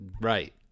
right